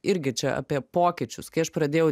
irgi čia apie pokyčius kai aš pradėjau